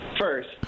first